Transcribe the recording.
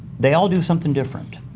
they all do something different.